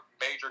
major